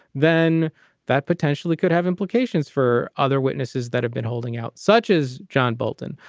then that potentially could have implications for other witnesses that have been holding out, such as john bolton,